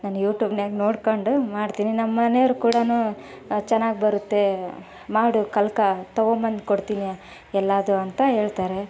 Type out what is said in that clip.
ನಾನು ಯುಟ್ಯೂಬ್ನ್ಯಾಗ ನೋಡಿಕೊಂಡು ಮಾಡ್ತೀನಿ ನಮ್ಮ ಮನೆವ್ರು ಕೂಡಾ ಚೆನ್ನಾಗಿ ಬರುತ್ತೆ ಮಾಡು ಕಲ್ತ್ಕ ತಗೊಂಬಂದು ಕೊಡ್ತೀನಿ ಎಲ್ಲದೂ ಅಂತ ಹೇಳ್ತಾರೆ